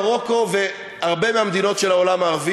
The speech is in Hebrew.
מרוקו והרבה מהמדינות של העולם הערבי